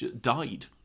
died